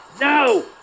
No